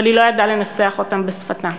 אבל היא לא ידעה לנסח אותן בשפתה.